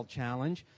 Challenge